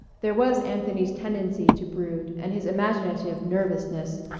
there was anthony's tendency to brood and his imaginative nervousness,